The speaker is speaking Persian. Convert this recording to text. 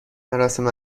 مراسم